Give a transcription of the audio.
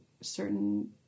certain